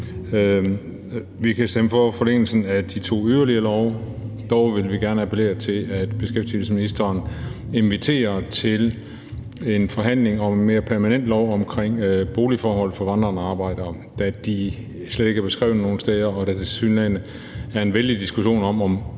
Vi kan stemme for forlængelsen af de to øvrige love – dog vil vi gerne appellere til, at beskæftigelsesministeren inviterer til en forhandling om en mere permanent lov om boligforhold for vandrende arbejdere, da de slet ikke er beskrevet nogen steder, og da der tilsyneladende er en vældig diskussion om,